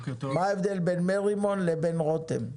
מה ההבדל בין מרימון לבין רותם?